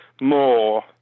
more